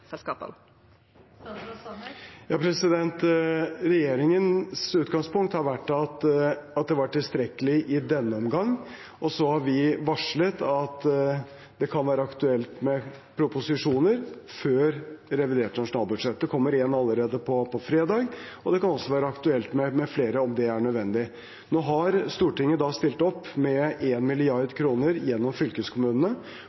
til kollektivselskapene? Regjeringens utgangspunkt har vært at det var tilstrekkelig i denne omgang, og så har vi varslet at det kan være aktuelt med proposisjoner før revidert nasjonalbudsjett. Det kommer en allerede på fredag, det kan også være aktuelt med flere om det er nødvendig. Nå har Stortinget stilt opp med